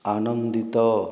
ଆନନ୍ଦିତ